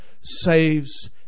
saves